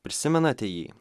prisimenate jį